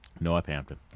Northampton